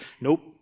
Nope